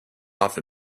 off